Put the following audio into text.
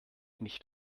nicht